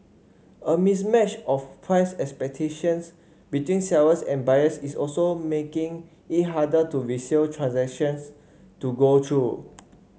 a mismatch of price expectations between sellers and buyers is also making it harder to resale transactions to go through